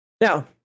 Now